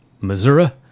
Missouri